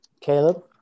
caleb